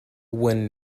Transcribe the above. one